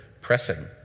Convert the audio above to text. pressing